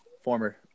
former –